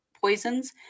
poisons